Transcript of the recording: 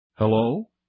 Hello